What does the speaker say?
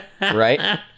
right